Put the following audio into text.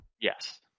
Yes